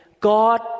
God